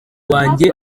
wanjye